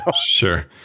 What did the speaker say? Sure